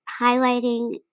highlighting